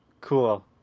cool